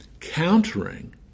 countering